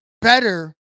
better